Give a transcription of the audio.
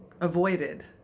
avoided